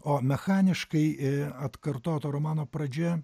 o mechaniškai e atkartota romano pradžia